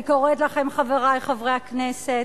אני קוראת לכם, חברי חברי הכנסת: